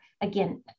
Again